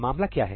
मामला क्या है